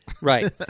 Right